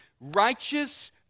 righteous